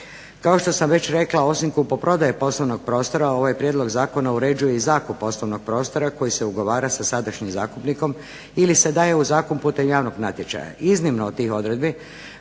Kao što sam već rekla osim kupoprodaje poslovnog prostora ovaj prijedlog zakona uređuje i zakup poslovnog prostora koji se ugovara sa sadašnjim zakupnikom ili se daje u zakup putem javnog natječaja. Iznimno od tih odredbi